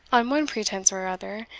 on one pretence or other,